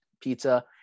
pizza